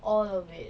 all of it